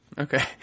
Okay